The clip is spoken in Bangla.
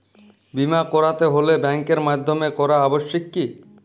বিমা করাতে হলে ব্যাঙ্কের মাধ্যমে করা আবশ্যিক কি?